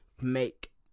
make